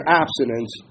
abstinence